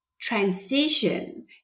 transition